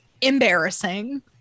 embarrassing